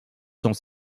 sont